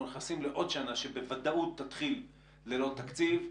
אנחנו נכנסים לעוד שנה שבוודאות תתחיל ללא תקציב.